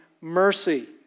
mercy